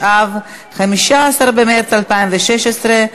עקב שיהוי), התשע"ו 2016,